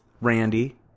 Randy